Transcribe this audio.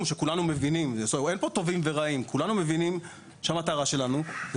שכולנו מבינים אין כאן טובים ורעים שהמטרה שלנו היא